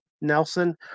Nelson